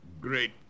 great